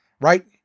right